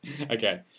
Okay